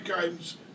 games